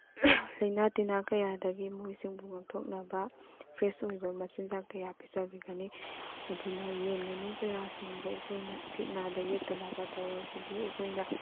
ꯂꯩꯅꯥ ꯇꯤꯟꯅꯥ ꯀꯌꯥꯗꯒꯤ ꯃꯈꯣꯏꯁꯤꯡꯕꯨ ꯉꯥꯛꯊꯣꯛꯅꯕ ꯐ꯭ꯔꯦꯁ ꯑꯣꯏꯕ ꯃꯆꯤꯟꯖꯥꯛ ꯀꯌꯥ ꯄꯤꯖꯕꯤꯒꯅꯤ ꯑꯗꯨꯅ ꯌꯦꯟ ꯉꯥꯅꯨ ꯀꯌꯥꯁꯤꯡꯕꯨ ꯑꯩꯈꯣꯏꯅ ꯅꯥꯗ ꯌꯦꯛꯇꯅꯕ ꯇꯧꯔꯕꯗꯤ ꯑꯩꯈꯣꯏꯅ